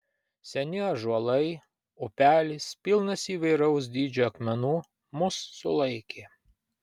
seni ąžuolai upelis pilnas įvairaus dydžio akmenų mus sulaikė